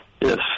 yes